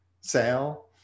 sale